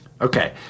Okay